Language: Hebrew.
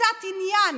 וקצת עניין